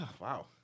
Wow